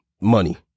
money